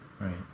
Right